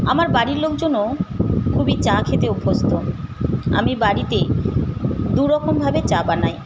আমার বাড়ির লোকজনও খুবই চা খেতে অভ্যস্ত আমি বাড়িতে দুরকমভাবে চা বানাই